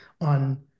on